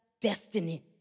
destiny